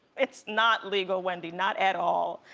it's not legal, wendy, not at all,